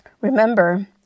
Remember